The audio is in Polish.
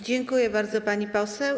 Dziękuję bardzo, pani poseł.